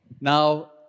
Now